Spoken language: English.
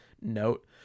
note